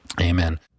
Amen